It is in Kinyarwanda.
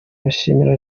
bashimiye